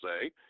say